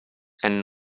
and